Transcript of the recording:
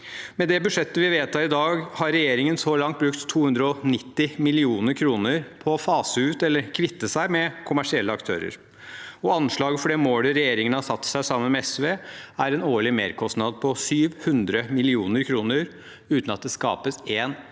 Med det budsjettet vi vedtar i dag, har regjeringen så langt brukt 290 mill. kr på å fase ut eller kvitte seg med kommersielle aktører. Anslaget for det målet regjeringen har satt seg sammen med SV, er en årlig merkostnad på 700 mill. kr – uten at de skapes én eneste